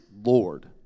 Lord